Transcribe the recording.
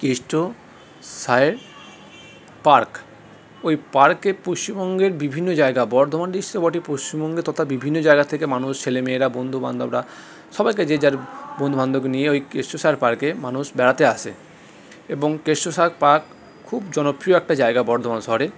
Keshto Sayar park ওই পার্কে পশ্চিমবঙ্গের বিভিন্ন জায়গা বর্ধমান ডিসট্রিক্ট তো বটেই পশ্চিমবঙ্গের তথা বিভিন্ন জায়গার থেকে মানুষ ছেলেমেয়েরা বন্ধু বান্ধবরা সবাইকে যে যার বন্ধুবান্ধক নিয়ে ওই কেষ্ট সায়র পার্কে মানুষ বেড়াতে আসে এবং কেষ্ট সায়র পার্ক খুব জনপ্রিয় একটা জায়গা বর্ধমান শহরে